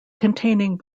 containing